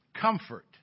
comfort